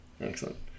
Excellent